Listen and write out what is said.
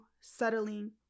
settling